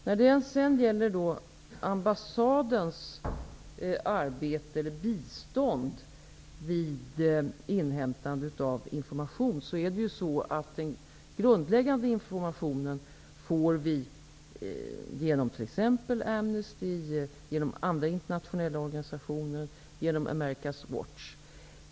När det gäller ambassadens arbete, eller bistånd, för att inhämta information kan jag tala om att vi får den grundläggande informationen genom t.ex. America's Watch, Amnesty och andra internationella organisationer.